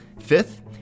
Fifth